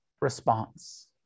response